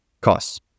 costs